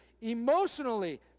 emotionally